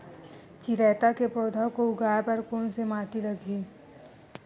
चिरैता के पौधा को उगाए बर कोन से माटी लगही?